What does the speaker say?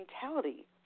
mentality